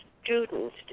Students